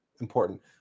important